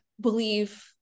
believe